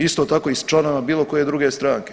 Isto tako i članovima bilo koje druge stranke.